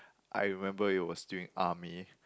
I remember it was during army